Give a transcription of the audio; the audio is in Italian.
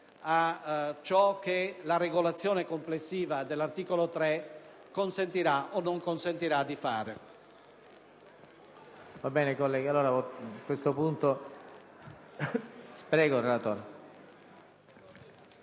a ciò che la regolazione complessiva dell'articolo 3 consentirà o meno di fare.